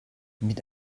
mit